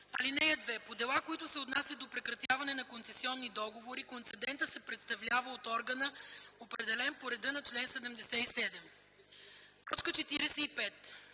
ал. 2: „(2) По дела, които се отнасят до прекратяване на концесионни договори, концедентът се представлява от органа, определен по реда на чл. 77.” 45.